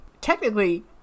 Technically